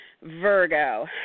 Virgo